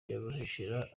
nyamuheshera